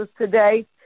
today